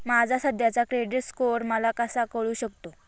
माझा सध्याचा credit score मला कसा कळू शकतो?